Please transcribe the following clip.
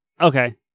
Okay